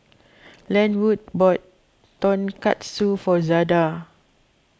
Lenwood bought Tonkatsu for Zada